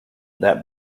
that